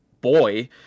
boy